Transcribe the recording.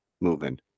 moving